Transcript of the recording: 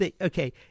okay